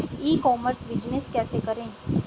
ई commerce business कैसे करें?